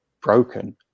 broken